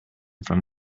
from